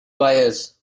buyers